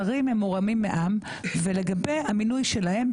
שרים הם מורמים מעם ולגבי המינוי שלהם,